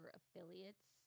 affiliates